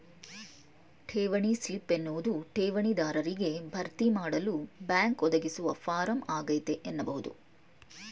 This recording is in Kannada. ಠೇವಣಿ ಸ್ಲಿಪ್ ಎನ್ನುವುದು ಠೇವಣಿ ದಾರರಿಗೆ ಭರ್ತಿಮಾಡಲು ಬ್ಯಾಂಕ್ ಒದಗಿಸುವ ಫಾರಂ ಆಗೈತೆ ಎನ್ನಬಹುದು